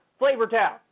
Flavortown